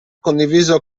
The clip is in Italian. condiviso